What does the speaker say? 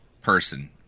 person